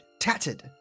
tattered